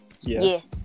Yes